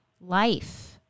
life